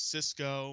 Cisco